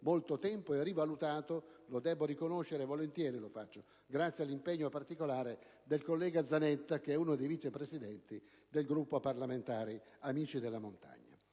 molto tempo e rivalutato, lo debbo riconoscere e lo faccio volentieri, grazie all'impegno particolare del collega Zanetta, uno dei vice presidenti del gruppo di parlamentari «Amici della montagna».